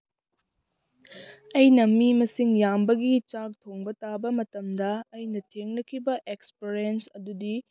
ꯑꯩꯅ ꯃꯤ ꯃꯁꯤꯡ ꯌꯥꯝꯕꯒꯤ ꯆꯥꯛ ꯊꯣꯡꯕ ꯇꯥꯕ ꯃꯇꯝꯗ ꯑꯩꯅ ꯊꯦꯡꯅꯈꯤꯕ ꯑꯦꯛꯁꯄꯤꯔꯤꯌꯦꯟꯁ ꯑꯗꯨꯗꯤ